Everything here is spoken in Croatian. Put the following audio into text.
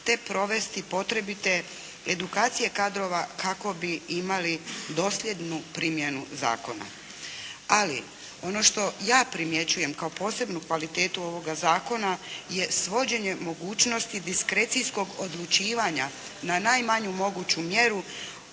te provesti potrebite edukacije kadrova kako bi imali dosljednu primjenu zakona. Ali ono što ja primjećujem kao posebnu kvalitetu ovoga zakona je svođenje mogućnosti diskrecijskog odlučivanja na najmanju moguću mjeru,